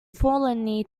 forlornly